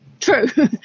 true